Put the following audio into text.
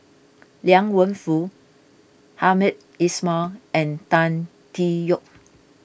Liang Wenfu Hamed Ismail and Tan Tee Yoke